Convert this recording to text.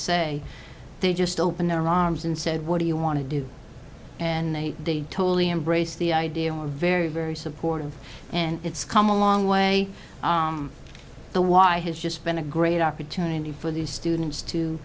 say they just opened their arms and said what do you want to do and they totally embrace the idea of very very supportive and it's come a long way the why has just been a great opportunity for these students to